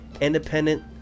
independent